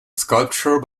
sculpture